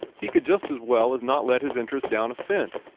he could just as well as not let his interest down a cent.